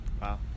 Wow